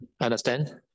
Understand